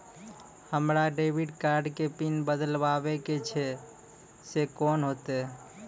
हमरा debit card के pin बदलबावै के छैं से कौन होतै?